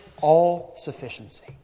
all-sufficiency